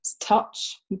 touch